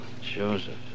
Joseph